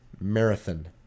marathon